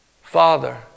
Father